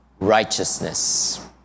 righteousness